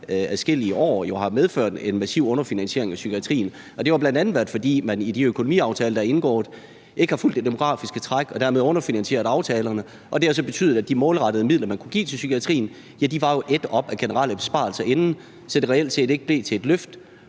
adskillige år – jo har medført en massiv underfinansiering af psykiatrien. Det har bl.a. været sådan, fordi man i de økonomiaftaler, der er indgået, ikke har fulgt det demografiske træk og dermed har underfinansieret aftalerne. Det har så betydet, at de målrettede midler, man kunne give til psykiatrien, var ædt op af generelle besvarelser inden, så det reelt set ikke blev til et løft,